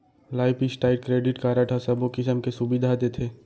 life style credit card ह सबो किसम के सुबिधा देथे